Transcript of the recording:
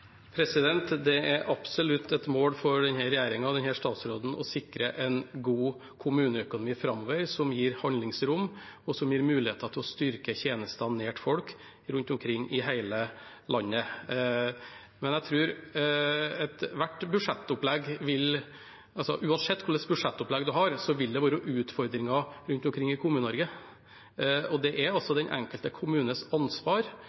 Det er absolutt et mål for denne regjeringen og denne statsråden å sikre en god kommuneøkonomi framover – som gir handlingsrom, og som gir muligheter til å styrke tjenestene nær folk rundt omkring i hele landet. Uansett hva slags budsjettopplegg man har, vil det være utfordringer rundt omkring i Kommune-Norge. Det er altså den enkelte kommunes ansvar